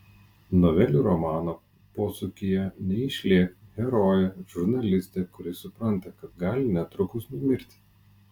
novelių romano posūkyje neišlėk herojė žurnalistė kuri supranta kad gali netrukus numirti